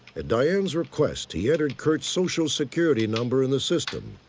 at diane's request, he entered curt's social security number in the system,